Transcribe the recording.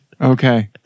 Okay